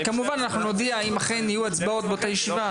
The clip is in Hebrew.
נודיע אם יהיו הצבעות בישיבה.